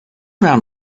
round